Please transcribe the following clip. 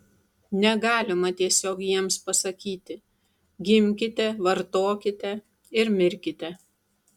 negalima tiesiog jiems pasakyti gimkite vartokite ir mirkite